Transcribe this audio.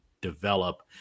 develop